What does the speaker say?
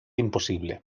imposible